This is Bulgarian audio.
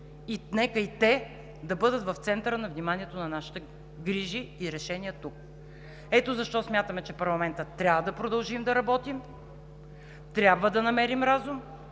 нека и те да бъдат в центъра на вниманието на нашите грижи и решения тук. Ето защо смятаме, че в парламента трябва да продължим да работим, трябва да намерим разум.